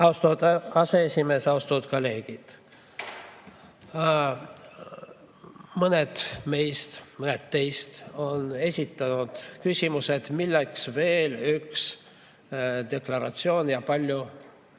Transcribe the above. Austatud aseesimees! Austatud kolleegid! Mõned meist, mõned teist on esitanud küsimuse, et milleks veel üks deklaratsioon ja kui palju